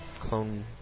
clone